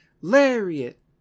Lariat